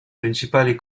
principali